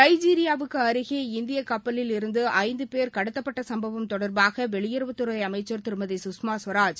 நைஜீரியாவுக்கு அருகே இந்திய கப்பலில் இருந்து ஐந்து பேர் கடத்தப்பட்ட சும்பவம் தொடர்பாக வெளியுறவுத்துறை அமைச்சர் திருமதி சுஷ்மா ஸ்வராஜ்